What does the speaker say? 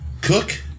cook